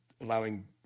allowing